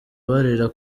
barira